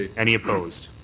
any opposed?